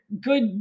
good